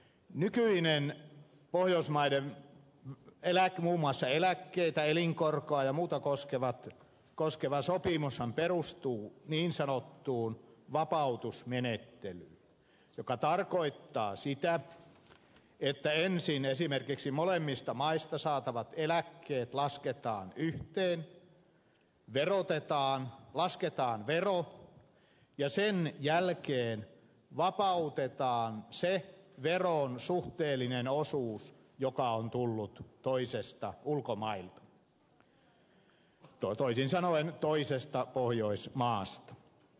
nykyinen pohjoismaiden muun muassa eläkkeitä elinkorkoa ja muuta koskeva sopimushan perustuu niin sanottuun vapautusmenettelyyn joka tarkoittaa sitä että ensin esimerkiksi molemmista maista saatavat eläkkeet lasketaan yhteen verotetaan lasketaan vero ja sen jälkeen vapautetaan se veron suhteellinen osuus joka on tullut ulkomailta toisin sanoen toisesta pohjoismaasta